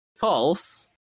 false